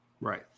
Right